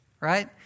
Right